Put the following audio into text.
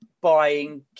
buying